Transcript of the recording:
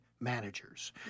managers